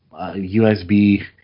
USB